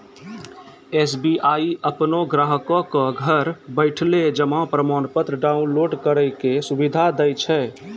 SBI अपनो ग्राहको क घर बैठले जमा प्रमाणपत्र डाउनलोड करै के सुविधा दै छै